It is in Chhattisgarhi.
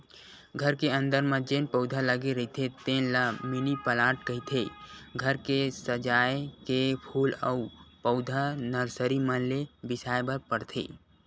घर के अंदर म जेन पउधा लगे रहिथे तेन ल मिनी पलांट कहिथे, घर के सजाए के फूल अउ पउधा नरसरी मन ले बिसाय बर परथे